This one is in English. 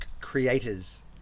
creators